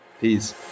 Peace